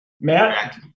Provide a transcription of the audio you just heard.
Matt